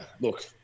Look